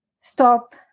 stop